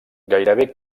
gairebé